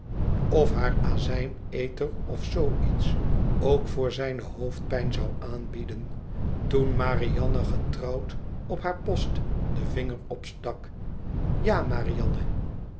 of haar azijn aether of zoo iets ook voor zijne hoofdpijn zou aanbieden toen marianne getrouw op haar post den vinger opstak ja marianne